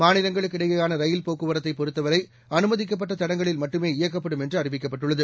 மாநிலங்களுக்கு இடையேயான ரயில் போக்குவரத்தைப் பொறுத்தவரைஅனுமதிக்கப்பட்ட தடங்களில் மட்டுமே இயக்கப்படும் என்று அறிவிக்கப்பட்டுள்ளது